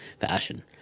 fashion